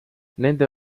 nende